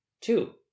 Two